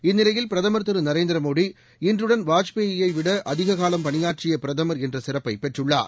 இந்நிலையில் பிரதமர் திரு நரேந்திர மோடி இன்றுடன் வாஜ்பேயை விட அதிக காலம் பணியாற்றிய பிரதமர் என்ற சிறப்பை பெற்றுள்ளார்